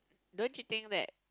don't you think that